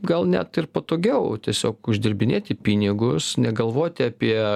gal net ir patogiau tiesiog uždirbinėti pinigus negalvoti apie